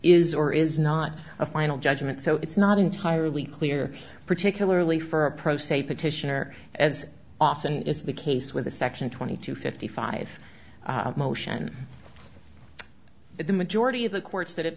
is or is not a final judgment so it's not entirely clear particularly for a pro se petitioner as often is the case with the section twenty two fifty five motion but the majority of the courts that have